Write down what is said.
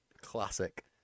Classic